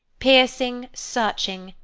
piercing, searching,